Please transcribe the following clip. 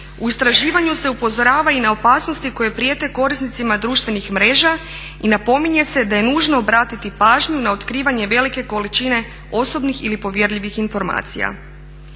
U istraživanju se upozorava i na opasnosti koje prijete korisnicima društvenih mreža i napominje se da je nužno obratiti pažnju na otkrivanje velike količine osobnih ili povjerljivih informacija.